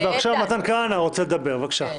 ועכשיו מתן כהנא רוצה לדבר, בבקשה.